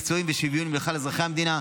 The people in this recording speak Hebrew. מקצועיים ושוויוניים לכלל אזרחי המדינה.